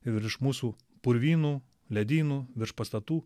virš mūsų purvynų ledynų virš pastatų